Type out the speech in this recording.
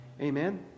Amen